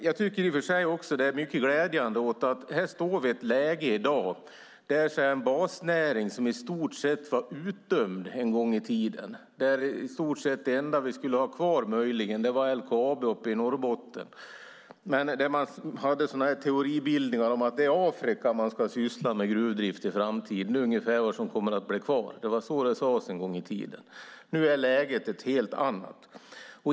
Jag tycker att det är mycket glädjande att vi har ett nytt läge i dag för en basnäring som i stort sett ansågs uttömd en gång i tiden. Det enda vi möjligen skulle ha kvar var LKAB uppe i Norrbotten. Man hade teoribildningar om att det är i Afrika man ska syssla med gruvdrift i framtiden. Det är ungefär det som kommer att bli kvar. Det var så det sades en gång i tiden. Nu är läget ett helt annat.